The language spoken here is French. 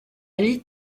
allie